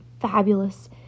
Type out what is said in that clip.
fabulous